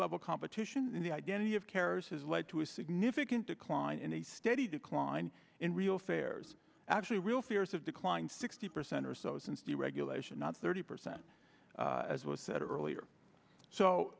level competition in the identity of carriers has led to a significant decline in a steady decline in real fares actually real fears have declined sixty percent or so since deregulation not thirty percent as was said earlier